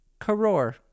Karor